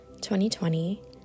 2020